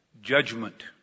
judgment